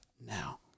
now